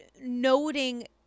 noting